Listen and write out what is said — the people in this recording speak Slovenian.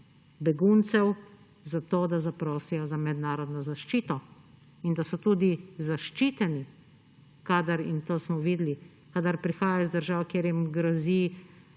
beguncev, zato da zaprosijo za mednarodno zaščito in da so tudi zaščiteni, kadar – in to smo videli –, kadar prihajajo iz držav, kjer jim grozi